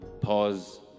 pause